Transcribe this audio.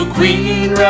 Queen